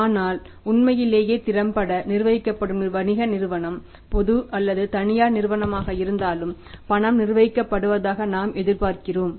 ஆனால் உண்மையிலேயே திறம்பட நிர்வகிக்கப்படும் வணிக நிறுவனம் பொது அல்லது தனியார் நிறுவனமாக இருந்தாலும் பணம் நிர்வகிக்கப்படுவதாக நாம் எதிர்பார்க்கிறோம்